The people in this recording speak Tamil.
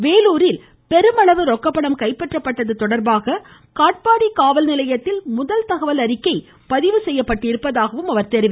வேலுாரில் பெருமளவு ரொக்கப்பணம் கைப்பற்றப்பட்டது தொடர்பாக காட்பாடி காவல்நிலையத்தில் முதல் தகவல் அறிக்கை பதிவு செய்யப்பட்டுள்ளதாக அவர் மேலும் கூறினார்